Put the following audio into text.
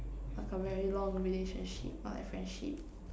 like a very long relationship or like friendship